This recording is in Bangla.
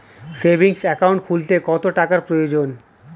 সেভিংস একাউন্ট খুলতে কত টাকার প্রয়োজন?